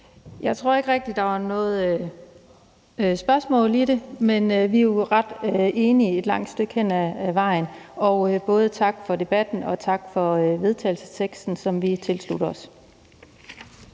Jeg tror ikke rigtig, der var noget spørgsmål i det. Vi er jo ret enige et langt stykke hen ad vejen. Tak for både debatten og vedtagelsesteksten, som vi tilslutter os.